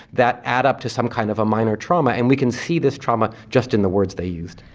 that add up to some kind of a minor trauma. and we can see this trauma just in the words they used.